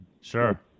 Sure